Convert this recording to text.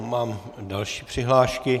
Mám další přihlášky.